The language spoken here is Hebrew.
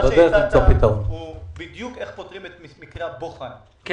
אני מסכים אתך.